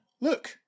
look